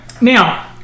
now